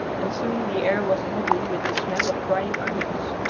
and soon the air was heavy with the smell of frying onions.